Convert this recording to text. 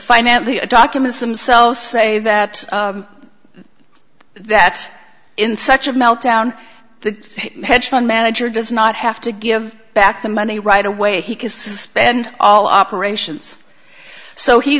financial documents themselves say that that in such a meltdown the hedge fund manager does not have to give back the money right away he could suspend all operations so he